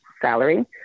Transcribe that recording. salary